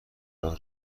راه